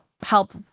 help